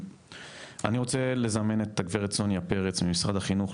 אני רוצה לזמן את הגברת סוניה פרץ ממשרד החינוך,